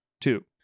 Two